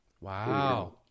Wow